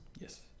Yes